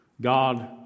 God